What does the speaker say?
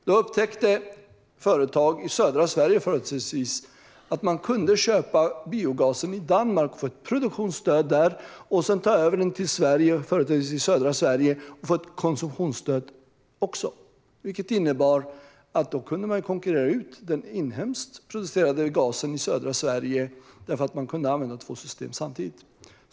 Då upptäckte företag i företrädesvis södra Sverige att man kunde köpa biogas i Danmark och få produktionsstöd där och sedan ta över den till södra Sverige och också få ett konsumtionsstöd. Detta innebar att man kunde man konkurrera ut den inhemskt producerade gasen i södra Sverige därför att man kunde använda två system samtidigt.